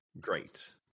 Great